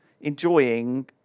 enjoying